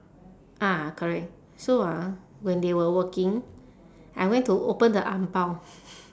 ah correct so ah when they were working I went to open the ang bao